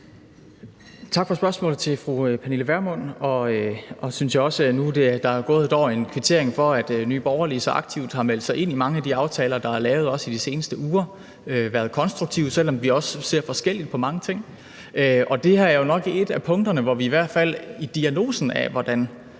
Tak til fru Pernille Vermund for spørgsmålet. Og jeg synes også, når der nu er gået et år, at jeg vil kvittere for, at Nye Borgerlige så aktivt har meldt sig ind i mange af de aftaler, der er lavet også i de seneste uger, og de har været konstruktive, selv om vi også ser forskelligt på mange ting. Det her er jo nok et af de punkter, hvor vi i hvert fald i diagnosen af, hvordan